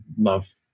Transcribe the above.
love